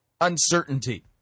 uncertainty